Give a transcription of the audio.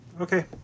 Okay